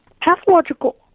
pathological